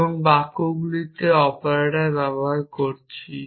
এবং বাক্যগুলিতে অপারেটর ব্যবহার করছি